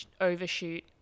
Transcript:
overshoot